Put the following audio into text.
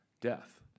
death